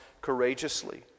courageously